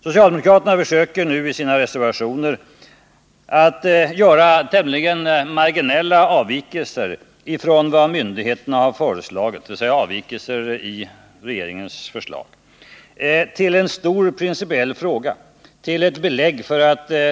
Socialdemokraterna försöker nu i sina reservationer att göra tämligen marginella avvikelser från regeringens förslag till en stor principiell fråga.